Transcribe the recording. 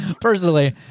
personally